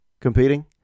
competing